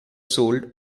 sold